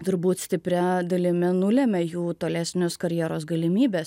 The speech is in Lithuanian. turbūt stipria dalimi nulemia jų tolesnius karjeros galimybes